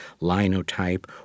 linotype